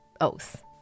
oath